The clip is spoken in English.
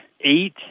eight